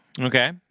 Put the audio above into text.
Okay